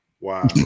Wow